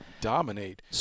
dominate